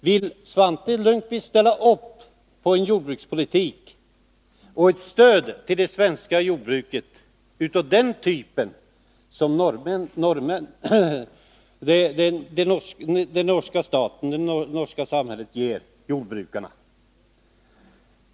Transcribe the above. Vill Svante Lundkvist ställa sig bakom en jordbrukspolitik och ett stöd till det svenska jordbruket av den typ som det norska samhället ger jordbrukarna?